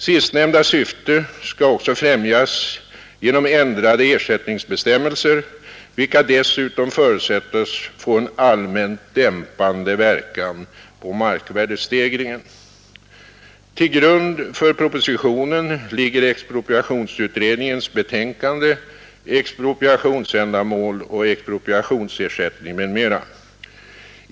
Sistnämnda syfte skall också främjas genom ändrade ersättningsbestämmelser, vilka dessutom förutsätts få en allmänt dämpande verkan på markvärdestegringen. Till grund för propositionen ligger expropriationsutredningens betänkande Expropriationsändamäl och expropriationsersättming m.m.